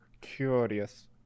Curious